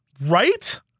Right